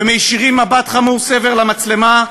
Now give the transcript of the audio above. ומישירים מבט חמור סבר למצלמה,